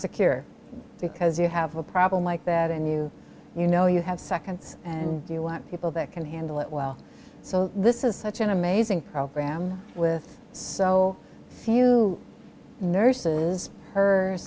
secure because you have a problem like that and you you know you have seconds and you want people that can handle it well so this is such an amazing program with so few nurses